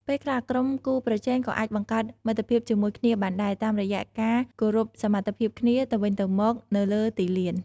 ពេលខ្លះ ក្រុមគូប្រជែងក៏អាចបង្កើតមិត្តភាពជាមួយគ្នាបានដែរ តាមរយៈការគោរពសមត្ថភាពគ្នាទៅវិញទៅមកនៅលើទីលាន។